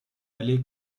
alle